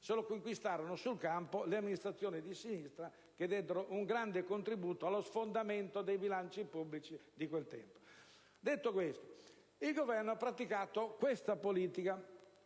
se lo conquistarono sul campo le amministrazioni di sinistra, che diedero un grande contributo allo sfondamento dei bilanci pubblici di quel tempo. Ciò detto, il Governo ha praticato questa politica